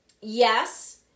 Yes